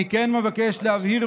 אני כן מבקש להבהיר,